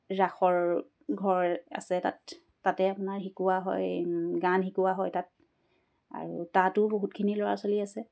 ৰাসৰ ঘৰ আছে তাত তাতে আপোনাৰ শিকোৱা হয় গান শিকোৱা হয় তাত আৰু তাতো বহুতখিনি ল'ৰা ছোৱালী আছে